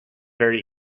very